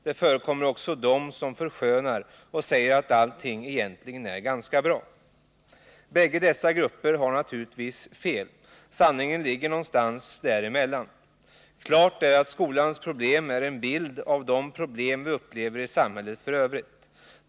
Det förekommer också att somliga förskönar och säger att allting egentligen är ganska bra. Bägge dessa grupper har naturligtvis fel. Sanningen ligger någonstans mittemellan. Klart är att skolans problem avspeglar de problem som vi upplever i hela samhället.